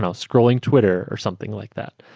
and scrolling twitter or something like that.